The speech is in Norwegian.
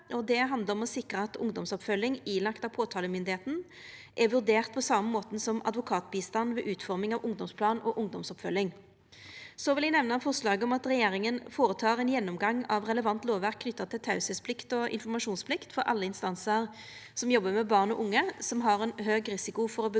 Det handlar om å sikra at ungdomsoppfølging ilagd av påtalemyndigheita er vurdert på same måte som advokatbistand ved utforming av ungdomsplan og ungdomsoppfølging. Eg vil òg nemna forslaget om at regjeringa skal gjera ein gjennomgang av relevant lovverk knytt til teiingsplikt og informasjonsplikt for alle instansar som jobbar med barn og unge som har ein høg risiko for å utføra